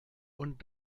und